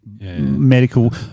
medical